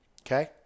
Okay